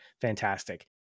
Fantastic